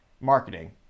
marketing